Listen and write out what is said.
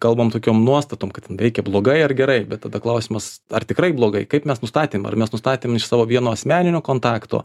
kalbate tokiom nuostatom kad veikia blogai ar gerai bet tada klausimas ar tikrai blogai kaip mes nustatėm ar mes nustatėm iš savo vieno asmeninio kontakto